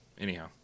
Anyhow